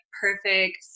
perfect